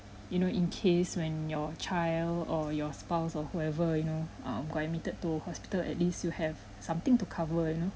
you know in case when your child or your spouse or whoever you know err got admitted to hospital at least you have something to cover you know